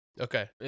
Okay